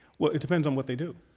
well, it depends on what they do.